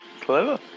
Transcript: Clever